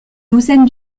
douzaine